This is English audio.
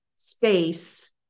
space